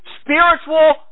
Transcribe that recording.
spiritual